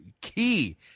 key